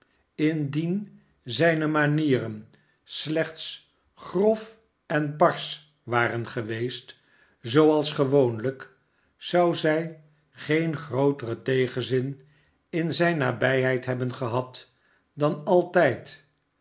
indien zijne manieren slechts grof en barsch waren geweest zooals gewoonlijk zou zij geen grooteren tegenzin in zijne nabijheid hebben gehad dan altijd